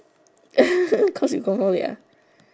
cause you go home late